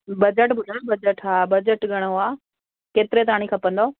budget ॿुधायो budget हा budget घणो आहे केतिरे ताणी खपंदव